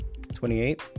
28